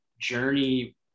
journey